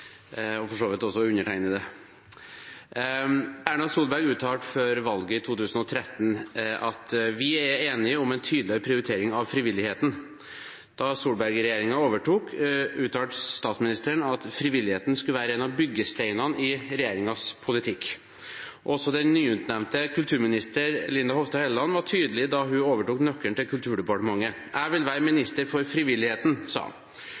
vidt også undertegnede. Erna Solberg uttalte før valget i 2013: Vi er enige om en tydeligere prioritering av frivilligheten. Da Solberg-regjeringen overtok, uttalte statsministeren at frivilligheten skulle være en av byggesteinene i regjeringens politikk. Også nyutnevnt kulturminister Linda Hofstad Helleland var tydelig da hun overtok nøkkelen til Kulturdepartementet: Jeg vil være